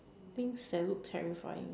things that look terrifying